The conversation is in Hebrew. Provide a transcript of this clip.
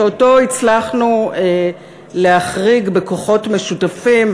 שאותו הצלחנו להחריג בכוחות משותפים,